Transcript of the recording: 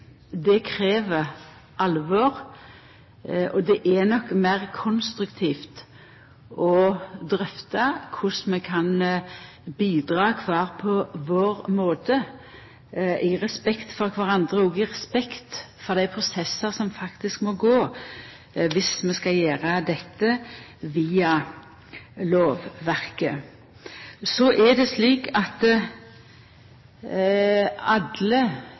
Det krev alvor, og det er nok meir konstruktivt å drøfta korleis vi kan bidra kvar på vår måte, i respekt for kvarandre og i respekt for dei prosessane som faktisk må gå, dersom vi skal gjera dette via lovverket. Så er det slik at